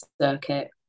circuit